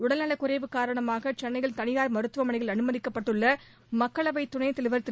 உடல்நலக்குறைவு காரணமாக சென்னையில் தனியார் மருத்துவமனையில் அனுமதிக்கப்பட்டுள்ள மக்களவைத் துணைத்தலைவர் திரு